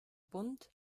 bund